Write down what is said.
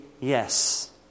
yes